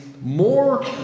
more